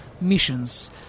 Missions